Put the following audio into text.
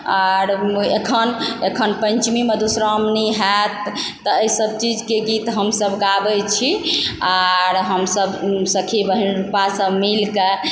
आर अखन पंचमी मधुश्रावणी होयत तऽ एहिसभ चीजके गीत हमसभ गाबै छी आर हमसभ सखी बहिनपासभ मिलके